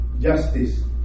justice